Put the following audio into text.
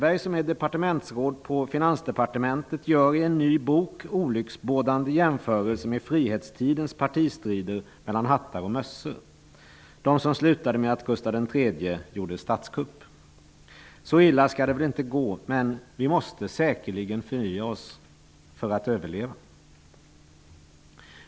Finansdepartementet, gör i en ny bok olycksbådande jämförelser med frihetstidens partistrider mellan hattar och mössor, de som slutade med Gustav III:s statskupp. Så illa skall det väl inte gå, men vi måste säkerligen förnya oss för att överleva.